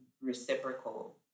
reciprocal